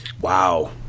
Wow